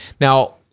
Now